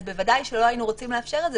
אז בוודאי שלא היינו רוצים לאפשר את זה